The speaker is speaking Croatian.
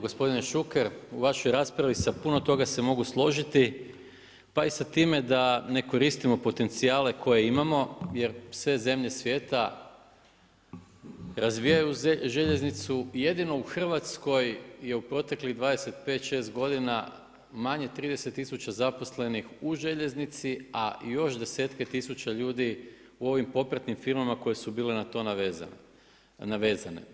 Gospodine Šuker u vašoj raspravi sa puno toga se mogu složiti pa i sa time da ne koristimo potencijale koje imamo jer sve zemlje svijeta razvijaju željeznicu, jedino u Hrvatskoj je u proteklih 25, šest godina manje 30 tisuća zaposlenih u željeznici, a još desetke tisuća ljudi u ovim popratnim firmama koje su bile na to navezane.